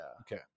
Okay